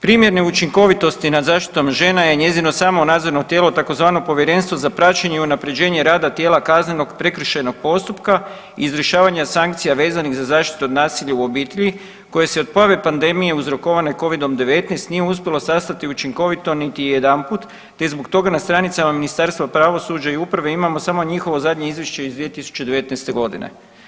Primjer neučinkovitosti nad zaštitom žena je njezino samo nadzorno tijelo, tzv. povjerenstvo za praćenje i unapređenje rada tijela kaznenog, prekršajnog postupka i izvršavanja sankcija vezanih za zaštitu od nasilja u obitelji koje se od pojave pandemije uzrokovane covidom-19 nije uspjelo sastati učinkovito niti jedanput, te zbog toga na stranicama Ministarstva pravosuđa i uprave imamo samo njihovo zadnje izvješće iz 2019. godine.